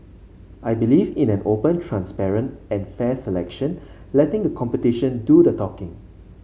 I believe in an open transparent and fair selection letting the competition do the talking